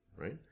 right